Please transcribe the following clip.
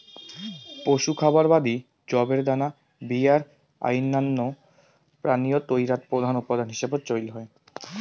পশু খাবার বাদি যবের দানা বিয়ার ও অইন্যান্য পানীয় তৈয়ারত প্রধান উপাদান হিসাবত চইল হয়